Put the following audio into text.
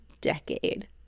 decade